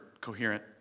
coherent